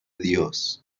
dios